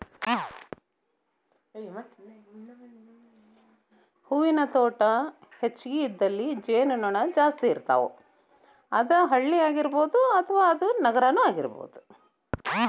ಹೂವಿನ ತೋಟಾ ಹೆಚಗಿ ಇದ್ದಲ್ಲಿ ಜೇನು ನೊಣಾ ಜಾಸ್ತಿ ಇರ್ತಾವ, ಅದ ಹಳ್ಳಿ ಆಗಿರಬಹುದ ನಗರಾನು ಆಗಿರಬಹುದು